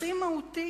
הכי מהותי